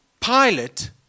Pilate